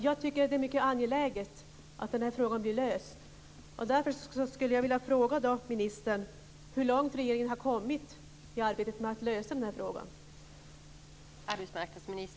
Jag tycker att det är mycket angeläget att den här frågan blir löst.